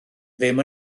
ddim